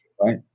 right